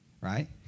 right